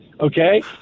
Okay